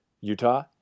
Utah